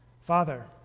Father